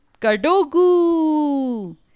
Kadogu